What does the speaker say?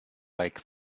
like